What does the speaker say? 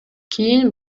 кийин